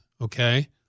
Okay